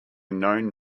known